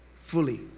fully